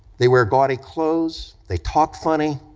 they wear gaudy clothes, they talk funny,